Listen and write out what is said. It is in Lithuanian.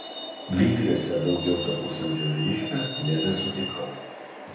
vygriuose daugiau to pusamžio vyriškio nebesutikau